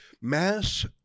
mass